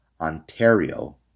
Ontario